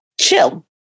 chill